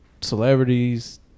celebrities